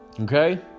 Okay